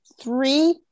three